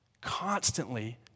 Constantly